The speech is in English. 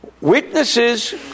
Witnesses